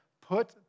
put